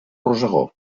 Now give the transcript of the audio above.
rosegó